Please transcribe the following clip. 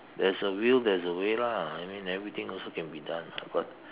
there's a will there's a way lah I mean everything also can be done ah but